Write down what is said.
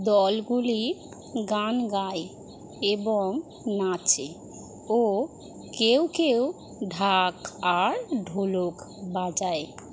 দলগুলি গান গায় এবং নাচে ও কেউ কেউ ঢাক আর ঢোলক বাজায়